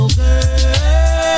girl